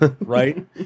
right